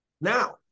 Now